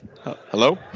Hello